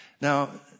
Now